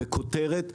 בכותרת,